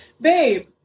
Babe